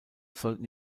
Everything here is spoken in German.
sollten